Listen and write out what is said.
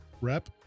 rep